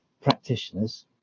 practitioners